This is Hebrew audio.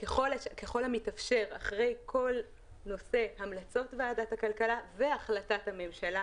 ככל המתאפשר אחרי המלצות ועדת הכלכלה והחלטת הממשלה,